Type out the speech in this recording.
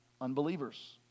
unbelievers